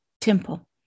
temple